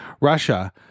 Russia